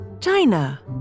China